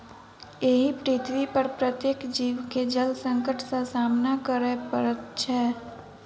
एहि पृथ्वीपर प्रत्येक जीव के जल संकट सॅ सामना करय पड़ैत छै